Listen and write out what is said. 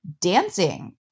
dancing